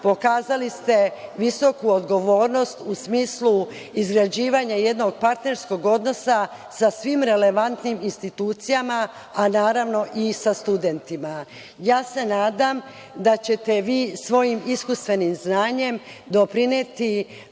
pokazali ste visoku odgovornost u smislu izglađivanja jednog partnerskog odnosa sa svim relevantnim institucijama, a naravno i sa studentima. Nadam se da ćete vi svojim iskustvenim znanjem doprineti